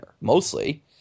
mostly